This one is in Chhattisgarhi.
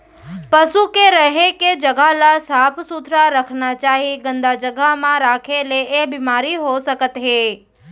पसु के रहें के जघा ल साफ सुथरा रखना चाही, गंदा जघा म राखे ले ऐ बेमारी हो सकत हे